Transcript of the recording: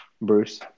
Bruce